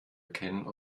erkennen